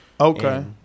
Okay